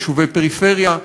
יישובי פריפריה,